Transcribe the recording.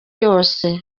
yose